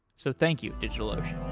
so, thank you, digitalocean.